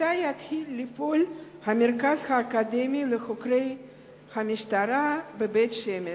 מתי יתחיל לפעול המרכז האקדמי לחוקרי המשטרה בבית-שמש?